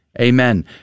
Amen